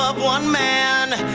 um one man